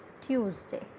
Tuesday